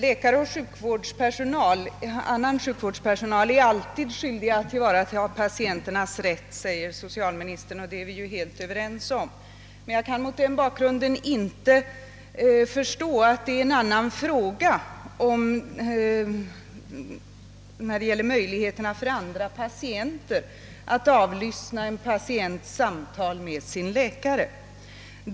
Herr talman! »Läkare och annan sjukvårdspersonal är alltid skyldiga att tillvarata patienternas rätt till sekretess vid undersökning och behandling», säger socialministern, och det är vi ju helt överens om. Men jag kan mot den bakgrunden inte förstå att det är en annan sak när det gäller möjligheterna för patienter att avlyssna en annan patients samtal med sin läkare.